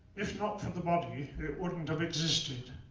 if not for the body, it wouldn't have existed.